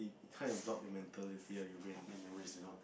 kind of blocked in mentality ah your brain in memory and all